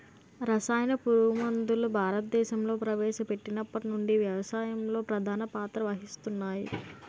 రసాయన పురుగుమందులు భారతదేశంలో ప్రవేశపెట్టినప్పటి నుండి వ్యవసాయంలో ప్రధాన పాత్ర వహిస్తున్నాయి